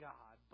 God